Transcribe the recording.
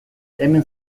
hemen